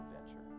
adventure